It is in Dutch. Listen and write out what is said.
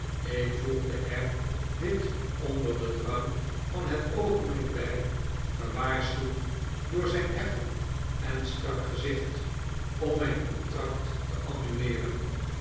ik voegde er dit onder den drang van het oogenblik bij gewaarschuwd door zijn effen en strak gezicht om mijn contract te annuleeren